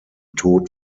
tod